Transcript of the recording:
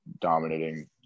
dominating